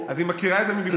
אז היא מכירה את זה מבפנים.